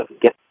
get